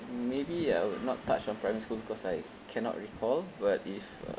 maybe I would not touch on primary school because I cannot recall but if uh